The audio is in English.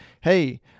hey—